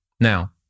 now